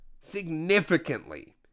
significantly